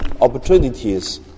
opportunities